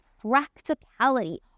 practicality